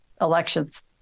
elections